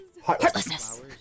Heartlessness